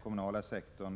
om denna investering.